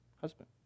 husband